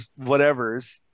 whatevers